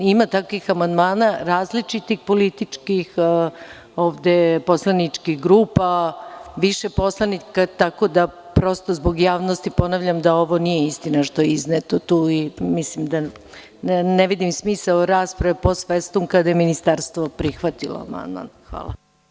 Ima takvih amandmana, različitih, političkih, ovde poslaničkih grupa, više poslanika, tako da, prosto zbog javnosti ponavljam da ovo nije istina što je izneto i ne vidim smisao rasprave post festum kada je Ministarstvo prihvatilo amandman.